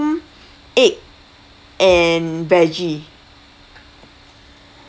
egg and veggie